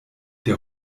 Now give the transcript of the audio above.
der